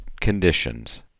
conditions